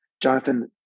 jonathan